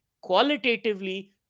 qualitatively